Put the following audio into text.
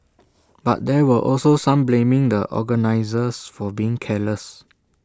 but there were also some blaming the organisers for being careless